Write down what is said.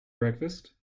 breakfast